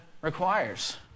requires